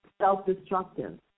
self-destructive